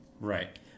Right